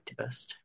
activist